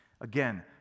Again